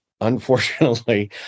unfortunately